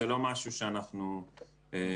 זה לא משהו שאנחנו בוחנים.